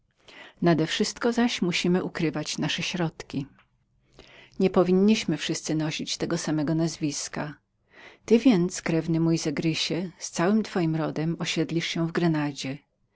pokolenia nadewszystko zaś musimy ukrywać nasze środki niepowinniśmy wszyscy nosić tego samego nazwiska ty więc krewny mój zegrysie z całym twoim rodem osiedlisz się w